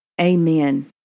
Amen